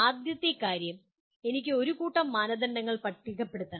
ആദ്യത്തെ കാര്യം എനിക്ക് ഒരു കൂട്ടം മാനദണ്ഡങ്ങൾ പട്ടികപ്പെടുത്തണം